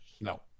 No